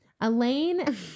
Elaine